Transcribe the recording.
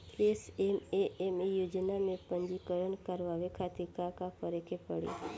SMAM योजना में पंजीकरण करावे खातिर का का करे के पड़ी?